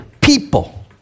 people